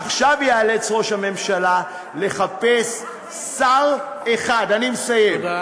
עכשיו ייאלץ ראש הממשלה לחפש שר אחד, אני מסיים.